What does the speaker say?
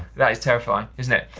that is terrifying isn't it?